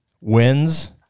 wins